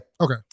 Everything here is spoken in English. Okay